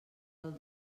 del